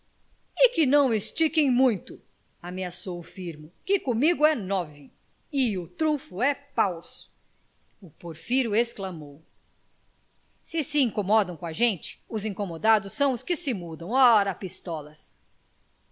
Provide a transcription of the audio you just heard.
e que não entiquem muito ameaçou o firmo que comigo é nove e o trunfo é paus o porfiro exclamou se se incomodam com a gente os incomodados são os que se mudam ora pistolas